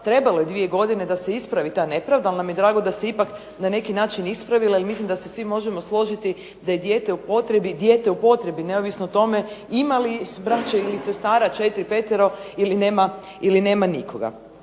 Trebalo je dvije godine da se ispravi ta nepravda, ali nam je drago da se ipak na neki način ispravila i mislim da se svi možemo složiti da je dijete u potrebi dijete u potrebi neovisno o tome ima li braće ili sestara četiri, petero ili nema nikoga.